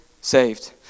saved